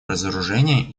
разоружения